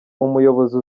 umuyobozi